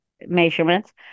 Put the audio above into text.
measurements